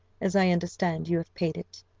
as i understand you have paid it.